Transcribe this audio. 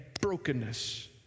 brokenness